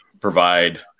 provide